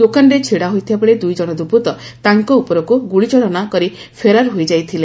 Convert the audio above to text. ଦୋକାନରେ ଛିଡ଼ା ହୋଇଥିବାବେଳେ ଦୁଇ ଜଣ ଦୁର୍ବୁଉ ତାଙ୍କ ଉପରକୁ ଗୁଳିଚାଳନା କରି ଫେରାର୍ ହୋଇଯାଇଥିଲେ